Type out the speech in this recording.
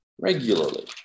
regularly